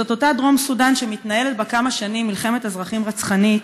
זאת אותה דרום סודאן שמתנהלת בה כבר כמה שנים מלחמת אזרחים רצחנית